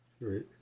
Right